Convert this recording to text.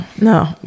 no